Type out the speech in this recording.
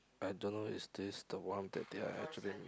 I don't know is this the one that they are actually